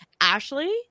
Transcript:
Ashley